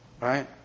right